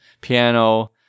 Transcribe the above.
piano